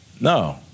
No